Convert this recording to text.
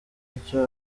icyo